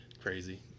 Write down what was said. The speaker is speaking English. Crazy